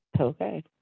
Okay